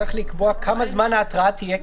צריך לקבוע כמה זמן ההתראה תהיה תקפה.